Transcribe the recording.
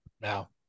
Now